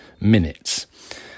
minutes